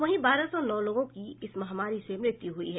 वहीं बारह सौ नौ लोगों की इस महामारी से मृत्यु हुई है